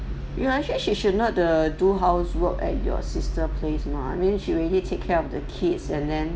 yeah actually she should not err do housework at your sister place mah I mean she already take care of the kids and then